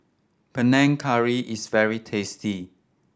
Panang Curry is very tasty